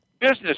business